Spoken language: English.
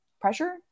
pressure